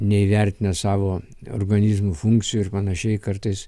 neįvertinę savo organizmų funkcijų ir panašiai kartais